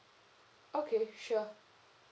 okay sure